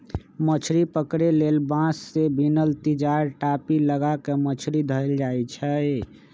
मछरी पकरे लेल बांस से बिनल तिजार, टापि, लगा क मछरी धयले जाइ छइ